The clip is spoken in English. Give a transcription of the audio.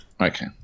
Okay